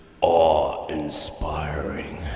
awe-inspiring